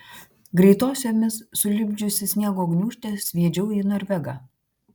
greitosiomis sulipdžiusi sniego gniūžtę sviedžiau į norvegą